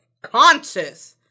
Conscious